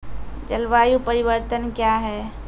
जलवायु परिवर्तन कया हैं?